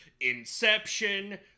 Inception